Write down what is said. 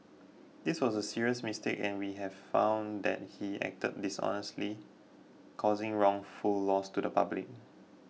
this was a serious mistake and we have found that he acted dishonestly causing wrongful loss to the public